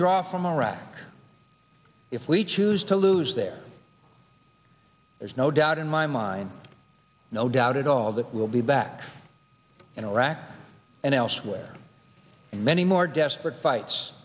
draw from iraq if we choose to lose there is no doubt in my mind no doubt at all that we'll be back in iraq and elsewhere and many more desperate fights